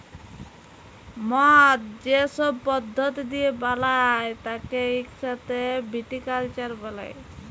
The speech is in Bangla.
মদ যে সব পদ্ধতি দিয়ে বালায় তাকে ইক সাথে ভিটিকালচার ব্যলে